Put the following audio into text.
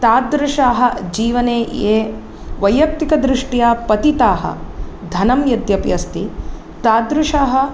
तादृशाः जीवने ये वैयक्तिकदृष्ट्या पतिताः धनं यद्यपि अस्ति तादृशाः